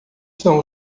são